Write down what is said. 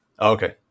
Okay